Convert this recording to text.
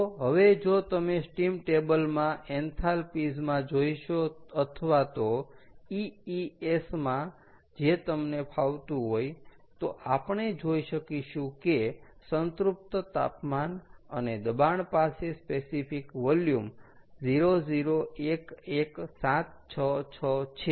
તો હવે જો તમે સ્ટીમ ટેબલ માં એન્થાલ્પીસ માં જોઈશો અથવા તો EES માં જે તમને ફાવતું હોય તો આપણે જોઈ શકીશું કે સ્ંતૃપ્ત તાપમાન અને દબાણ પાસે સ્પેસિફિક વોલ્યૂમ 0011766 છે